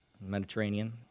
Mediterranean